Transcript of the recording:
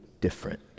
different